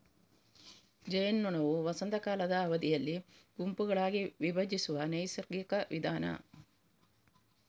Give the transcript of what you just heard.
ಜೇನ್ನೊಣವು ವಸಂತ ಕಾಲದ ಅವಧಿಯಲ್ಲಿ ಗುಂಪುಗಳಾಗಿ ವಿಭಜಿಸುವ ನೈಸರ್ಗಿಕ ವಿಧಾನ